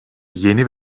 yeni